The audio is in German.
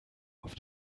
auf